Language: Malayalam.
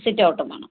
സിറ്റ് ഔട്ടും വേണം